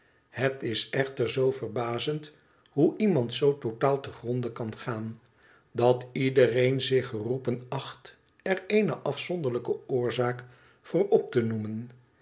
het is echter zoo verbazend hoe iemand zoo totaal te gronde kan gaan dat iedereen zich geroepen acht er eene afzonderlijke oorzaak voor op te noemen